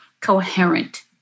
coherent